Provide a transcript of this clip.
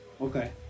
Okay